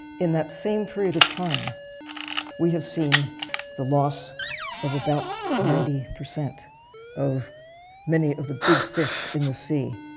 in that same period of time we have seen the loss of about ninety percent of many of the big fish in the sea.